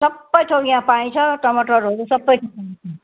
सब थोक यहाँ पाइन्छ टमाटरहरू सब